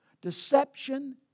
Deception